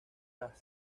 las